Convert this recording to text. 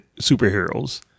superheroes